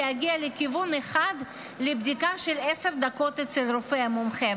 להגיע בכיוון אחד לבדיקה של עשר דקות אצל רופא מומחה.